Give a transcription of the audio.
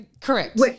correct